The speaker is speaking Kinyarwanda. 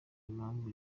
impamvu